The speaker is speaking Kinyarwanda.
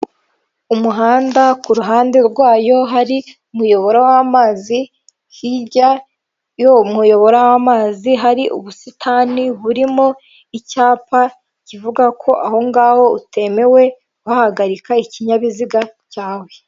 Umuhanda ku ruhande rwayo hari umuyoboro w'amazi, hirya y'uwo muyoboro w'amazi hari ubusitani burimo icyapa, kivuga ko aho ngaho utemewe kuhahagarika ikinyabiziga cyawe.